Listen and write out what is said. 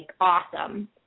awesome